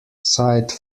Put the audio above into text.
side